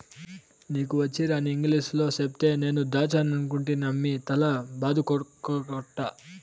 నీ వచ్చీరాని ఇంగిలీసులో చెప్తే నేను దాచ్చనుకుంటినమ్మి తల బాదుకోకట్టా